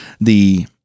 the-